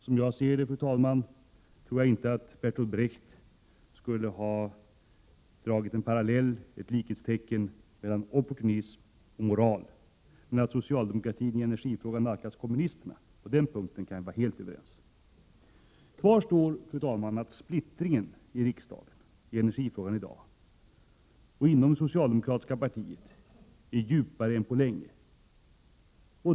Som jag ser det, fru talman, skulle inte Bertold Brecht ha satt likhetstecken mellan opportunism och moral. Men att socialdemokraterna i energifrågan nalkas kommunisterna — om det kan vi vara helt överens. Kvar står, fru talman, att splittringen i dag när det gäller energifrågan, i riksdagen och inom det socialdemokratiska partiet, är djupare än på länge.